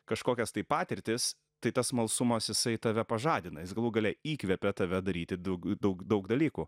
kažkokias tai patirtis tai tas smalsumas jisai tave pažadina jis galų gale įkvepia tave daryti daug daug daug dalykų